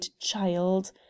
child